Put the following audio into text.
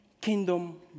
kingdom